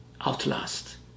outlast